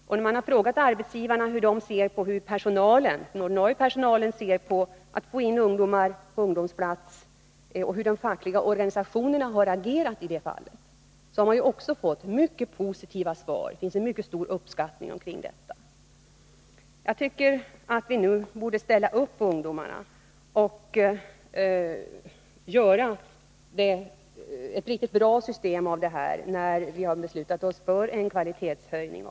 Och när man frågat hur den ordinarie personalen ser på att få in ungdomarna på ungdomsplatser och hur de fackliga organisationerna har agerat i det fallet, så har man ju också fått mycket positiva svar. Det finns en mycket stor uppskattning av ungdomsplatssystemet. Nu borde vi, tycker jag, ställa upp för ungdomarna och göra ett riktigt bra system, när vi har beslutat oss för en kvalitetshöjning.